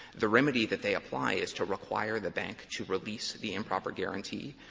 the remedy that they apply is to require the bank to release the improper guaranty,